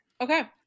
Okay